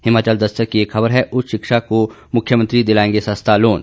हिमाचल दस्तक की एक खबर है उच्च शिक्षा को मुख्यमंत्री दिलाएंगे सस्ता लोन